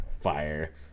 fire